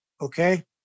Okay